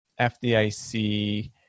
FDIC